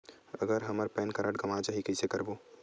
अगर हमर PAN card गवां जाही कइसे करबो?